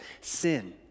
sin